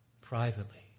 privately